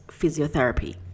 physiotherapy